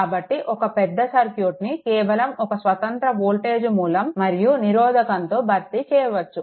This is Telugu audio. కాబట్టి ఒక పెద్ద సర్క్యూట్ను కేవలం ఒక స్వతంత్ర వోల్టేజ్ మూలం మరియు నిరోధకంతో భర్తీ చేయవచ్చు